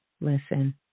listen